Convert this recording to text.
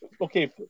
Okay